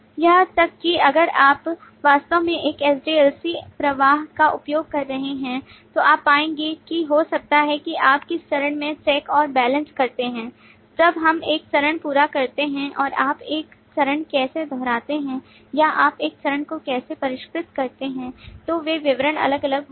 यहां तक कि अगर आप वास्तव में एक अलग SDLC प्रवाह का उपयोग कर रहे हैं तो आप पाएंगे कि हो सकता है कि आप किस चरण में चेक और बैलेंस करते हैं जब हम एक चरण पूरा करते हैं और आप एक चरण कैसे दोहराते हैं या आप एक चरण को कैसे परिष्कृत करते हैं तो वे विवरण अलग अलग होंगे